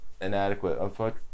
inadequate